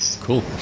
Cool